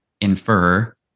infer